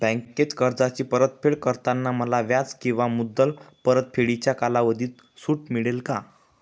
बँकेत कर्जाची परतफेड करताना मला व्याज किंवा मुद्दल परतफेडीच्या कालावधीत सूट मिळेल का?